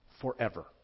forever